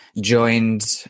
joined